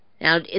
Now